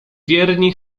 wierni